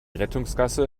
rettungsgasse